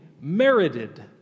merited